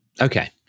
Okay